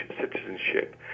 citizenship